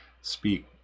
speak